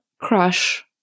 crush